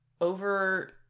over